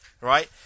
Right